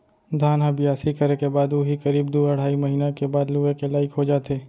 धान ह बियासी करे के बाद उही करीब दू अढ़ाई महिना के बाद लुए के लाइक हो जाथे